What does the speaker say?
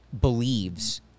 believes